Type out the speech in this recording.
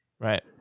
Right